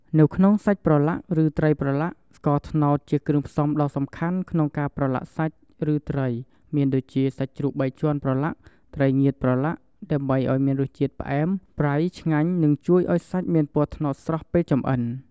នៅក្នុងសាច់ប្រឡាក់ឬត្រីប្រឡាក់ ស្ករត្នោតជាគ្រឿងផ្សំដ៏សំខាន់ក្នុងការប្រឡាក់សាច់ ឬត្រី មានដូចជា សាច់ជ្រូកបីជាន់ប្រឡាក់ ត្រីងៀតប្រឡាក់ ដើម្បីឱ្យមានរសជាតិផ្អែម ប្រៃ ឆ្ងាញ់ និងជួយឱ្យសាច់មានពណ៌ត្នោតស្រស់ពេលចម្អិន។